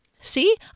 See